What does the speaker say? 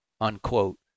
Unquote